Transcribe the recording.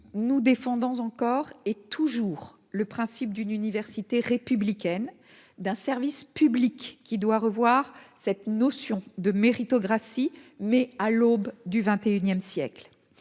nous défendons encore et toujours le principe d'une université républicaine d'un service public qui doit revoir cette notion de méritocratie, mais à l'aube du XXIe siècle,